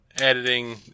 editing